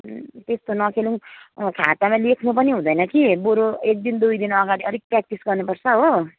त्यस्तो नखेलौँ खातामा लेख्नु पनि हुँदैन कि बरू एक दिन दुई दिनअगाडि अलिक प्रयाक्टिस् गर्नुपर्छ हो